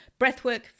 Breathwork